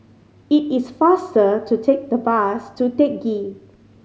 it is faster to take the bus to Teck Ghee